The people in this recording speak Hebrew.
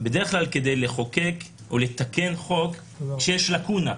בדרך כלל כדי לחוקק או לתקן חוק כשיש לקונה,